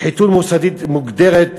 שחיתות מוסדית מוגדרת